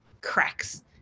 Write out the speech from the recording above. cracks